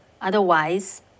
Otherwise